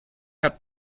hat